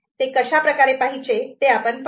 ते कशा प्रकारे पाहायचे ते आपण पाहू